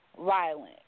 violent